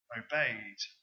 obeyed